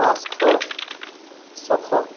পাঁচশ ছশ